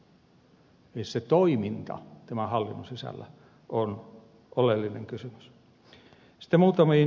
eli se toiminta tämän hallinnon sisällä on oleellinen kysymys tästä moguli